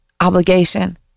obligation